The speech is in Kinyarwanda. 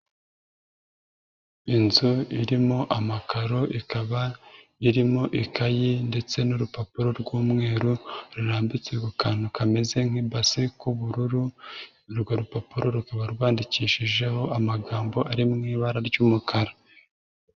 Inzu irimo amakaro ikaba irimo ikayi ndetse n'urupapuro rw'umweru rurambitse mu kantu kameze nk'ibase k'ubururu, urwo rupapuro rukaba rwandikishijeho amagambo ari mu ibara ry'umukara.